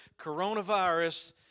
coronavirus